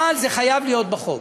אבל זה חייב להיות בחוק.